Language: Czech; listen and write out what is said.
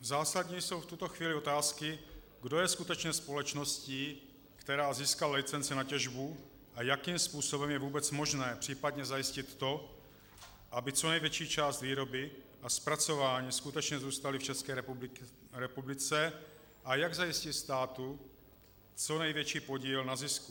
Zásadní jsou v tuto chvíli otázky, kdo je skutečně společností, která získala licenci na těžbu, a jakým způsobem je vůbec možné případně zajistit to, aby co největší část výroby a zpracování skutečně zůstaly v České republice, a jak zajistit státu co největší podíl na zisku.